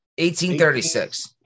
1836